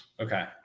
Okay